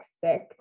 sick